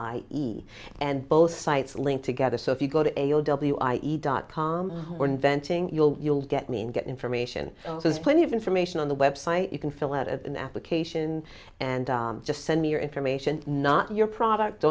i e and both sites link together so if you go to a o w i e dot com or inventing you'll you'll get mean get information there's plenty of information on the web site you can fill out an application and just send me your information not your product